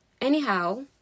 Anyhow